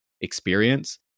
experience